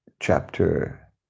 chapter